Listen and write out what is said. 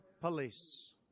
police